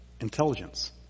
intelligence